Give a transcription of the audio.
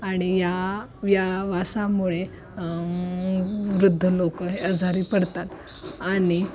आणि या या वासामुळे वृद्ध लोक हे आजारी पडतात आणि